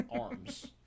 arms